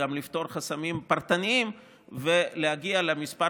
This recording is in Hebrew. וגם לפתור חסמים פרטניים ולהגיע למספר